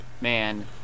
man